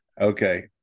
Okay